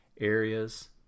areas